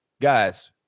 Guys